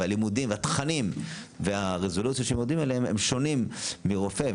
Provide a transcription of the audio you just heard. והלימודים והתכנים והרזולוציה שהם יורדים אליה הם שונים מרופא,